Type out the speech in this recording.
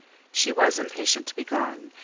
she was impatient to be gone,